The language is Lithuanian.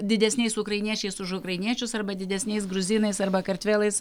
didesniais ukrainiečiais už ukrainiečius arba didesniais gruzinais arba kartvelais